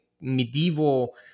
medieval